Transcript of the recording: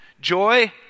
Joy